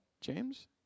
James